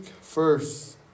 first